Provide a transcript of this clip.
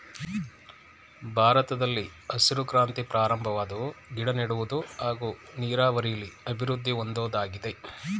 ಭಾರತದಲ್ಲಿ ಹಸಿರು ಕ್ರಾಂತಿ ಪ್ರಾರಂಭವಾದ್ವು ಗಿಡನೆಡುವುದು ಹಾಗೂ ನೀರಾವರಿಲಿ ಅಭಿವೃದ್ದಿ ಹೊಂದೋದಾಗಿದೆ